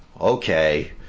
okay